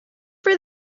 for